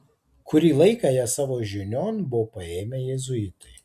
kurį laiką ją savo žinion buvo paėmę jėzuitai